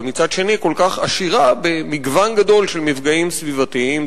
ומצד שני כל כך עשירה במגוון גדול של מפגעים סביבתיים,